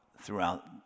throughout